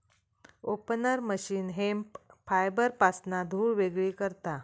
opener machine hemp फायबरपासना धुळ वेगळी करता